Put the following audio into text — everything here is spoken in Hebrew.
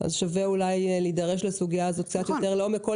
אז שווה אולי להידרש לסוגיה הזאת קצת יותר לעומק.